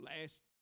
last